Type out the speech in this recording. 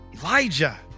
Elijah